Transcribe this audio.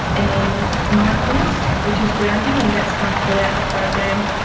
and mindfulness, which is grounding, and that is done throughout the program.